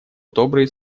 добрые